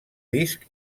disc